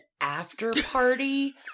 after-party